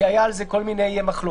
כי היו על זה כל מיני מחלוקות.